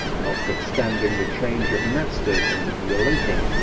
notwithstanding the change of masters and of religion,